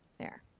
there.